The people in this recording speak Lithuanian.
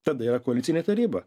tada yra koalicinė taryba